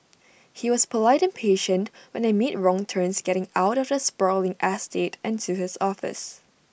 he was polite and patient when I made wrong turns getting out of the sprawling estate and to his office